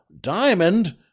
diamond